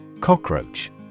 Cockroach